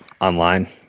online